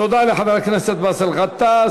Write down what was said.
תודה לחבר הכנסת באסל גטאס.